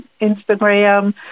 Instagram